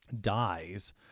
dies